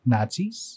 Nazis